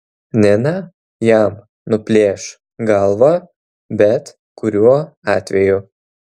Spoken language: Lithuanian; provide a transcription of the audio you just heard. nina jam nuplėš galvą bet kuriuo atveju